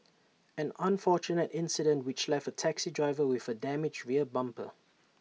an unfortunate incident which left A taxi driver with A damaged rear bumper